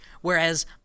whereas